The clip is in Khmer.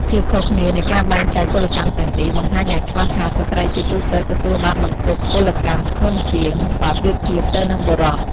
ភាពខុសគ្នានៃការបែងចែកពលកម្មទាំងនេះ បង្ហាញយ៉ាងច្បាស់ថា ស្ត្រីជាទូទៅទទួលបានបន្ទុកពលកម្មធ្ងន់ជាង បើប្រៀបធៀបទៅនឹងបុរស។